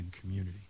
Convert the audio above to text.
community